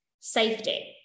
safety